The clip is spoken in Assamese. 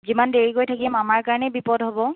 যিমান দেৰি কৰি থাকিম আমাৰ কাৰণেই বিপদ হ'ব